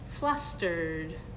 flustered